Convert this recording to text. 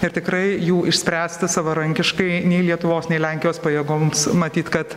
ir tikrai jų išspręsti savarankiškai nei lietuvos nei lenkijos pajėgoms matyt kad